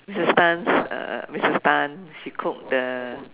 Missus Tan's uh Missus Tan she cook the